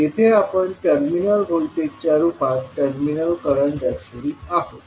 येथे आपण टर्मिनल व्होल्टेजच्या रूपात टर्मिनल करंट दर्शवित आहोत